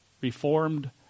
reformed